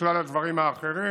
וכלל הדברים האחרים,